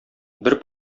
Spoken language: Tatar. бер